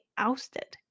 ousted，